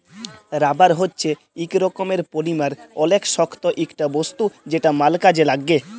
rubber হচ্যে ইক রকমের পলিমার অলেক শক্ত ইকটা বস্তু যেটা ম্যাল কাজে লাগ্যে